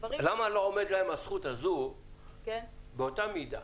למה לא עומדת להם הזכות הזאת באותה מידה?